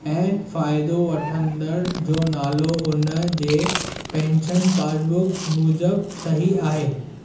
ऐं फ़ाइदो वठंदड़ जो नालो उनजे पेंशन पासबुक मूज़ब सही आहे